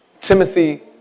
Timothy